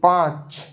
পাঁচ